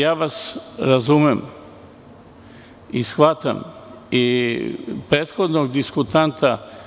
Ja vas razumem i shvatam, kao i prethodnog diskutanta.